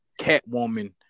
Catwoman